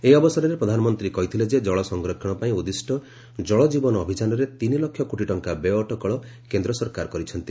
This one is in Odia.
ଏହି ଅବସରରେ ପ୍ରଧାନମନ୍ତ୍ରୀ କହିଥିଲେ ଯେ କଳ ସଂରକ୍ଷଣ ପାଇଁ ଉଦ୍ଦିଷ୍ଟ ଜଳକୀବନ ଅଭିଯାନରେ ତିନି ଲକ୍ଷ କୋଟି ଟଙ୍କା ବ୍ୟୟ ଅଟକଳ କେନ୍ଦ୍ର ସରକାର କରିଛନ୍ତି